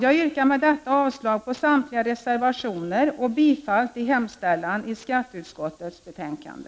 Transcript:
Med det anförda yrkar jag avslag på samtliga reservationer och bifall till hemställan i skatteutskottets betänkande.